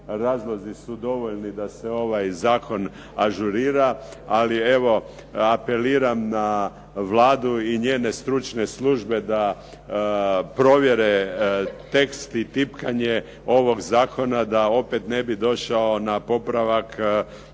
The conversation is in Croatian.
razlozi su dovoljni da se ovaj zakon ažurira ali evo apeliram na Vladu i njene stručne službe da provjere tekst i tipkanje ovog zakona da opet ne bi došao na popravak 2011.